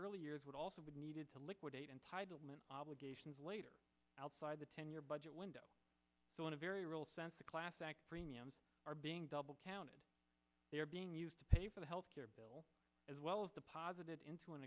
early years would also be needed to liquidate entitlement obligations later outside the ten year budget window so in a very real sense the class act premiums are being double counted they are being used to pay for the health care bill as well as the positive into an